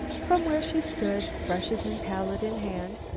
from where she stood, brushes and palette in hand,